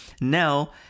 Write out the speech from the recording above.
Now